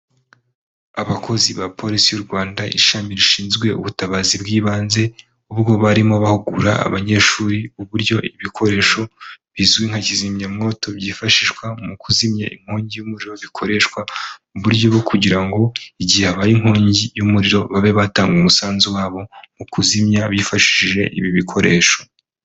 Abakozi ba polisi y'u Rwanda ishami rishinzwe ubutabazi bw'ibanze, ubwo barimo bahugura abanyeshuri, uburyo ibikoresho bizwi nka kizimyamwoto byifashishwa mu kuzimya inkongi y'umuriro zikoreshwa, mu buryo bwo kugira ngo igihe habaye inkongi y'umuriro babe batanga umusanzu wabo mu kuzimya, bifashishije ibi bikoresho.